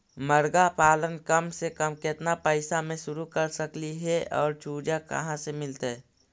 मरगा पालन कम से कम केतना पैसा में शुरू कर सकली हे और चुजा कहा से मिलतै?